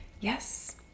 Yes